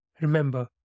Remember